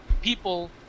people